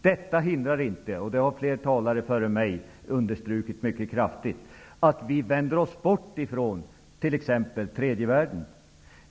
Detta innebär inte -- det har fler talare före mig understrukit mycket kraftfullt -- att vi vänder oss bort ifrån t.ex. tredje världen.